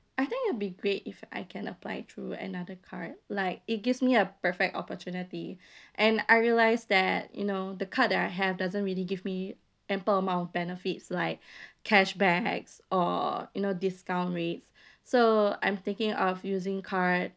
I think it'll be great if I can apply through another card like it gives me a perfect opportunity and I realise that you know the card that I have doesn't really give me ample amount of benefits like cashbacks or you know discount rates so I'm thinking of using card